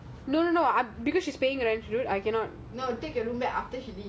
why don't you take your room back